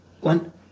one